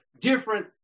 different